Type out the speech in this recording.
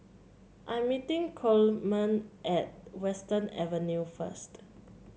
I'm meeting Coleman at Western Avenue first